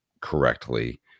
correctly